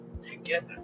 together